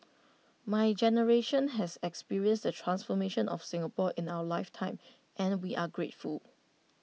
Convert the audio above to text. my generation has experienced the transformation of Singapore in our life time and we are grateful